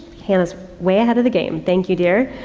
hannah's way ahead of the game. thank you, dear.